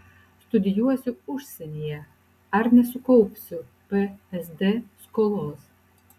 studijuosiu užsienyje ar nesukaupsiu psd skolos